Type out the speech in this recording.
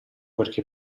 perché